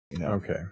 Okay